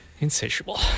Insatiable